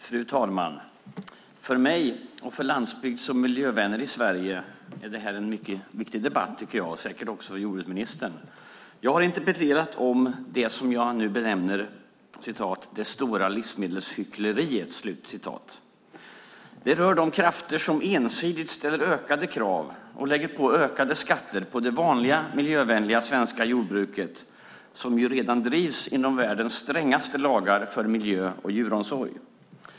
Fru talman! För mig, för landsbygds och miljövänner i Sverige och säkert också för jordbruksministern är detta en mycket viktig debatt. Jag har interpellerat jordbrukministern om det jag nu benämner "det stora livsmedelshyckleriet". Det rör de krafter som ensidigt ställer ökade krav och lägger på ökade skatter på det vanliga, miljövänliga svenska jordbruket - som redan drivs inom världens strängaste lagar för miljö och djuromsorg.